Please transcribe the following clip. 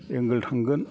ankle थांगोन